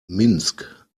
minsk